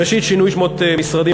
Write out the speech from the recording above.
ראשית, שינוי שמות משרדים.